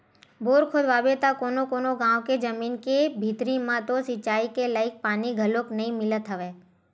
bore खोदवाबे त कोनो कोनो गाँव के जमीन के भीतरी म तो सिचई के लईक पानी घलोक नइ मिलत हवय